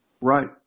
Right